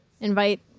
invite